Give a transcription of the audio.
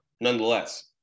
nonetheless